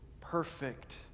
perfect